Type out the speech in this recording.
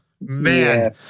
man